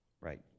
right